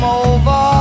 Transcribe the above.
over